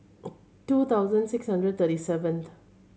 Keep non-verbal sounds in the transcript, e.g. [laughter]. [noise] two thousand six hundred thirty seven